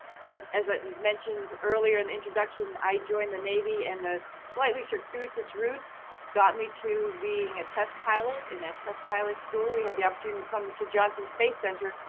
but as i was mentioned earlier in the introduction i joined the navy and the slightly circuitous route got me to being a test pilot. in that test pilot school, we had the opportunity to come to johnson space center,